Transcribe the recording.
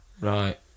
Right